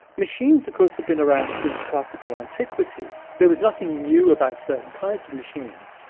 machines of course have been around since classical antiquity. there was nothing new about certain kinds of machines.